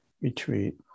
retreat